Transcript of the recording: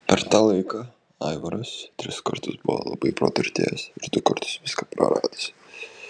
per tą laiką aivaras tris kartus buvo labai praturtėjęs ir du kartus viską praradęs